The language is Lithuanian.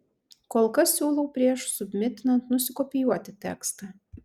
kol kas siūlau prieš submitinant nusikopijuoti tekstą